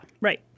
right